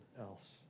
else